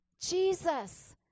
Jesus